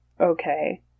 Okay